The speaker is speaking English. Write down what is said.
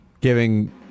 giving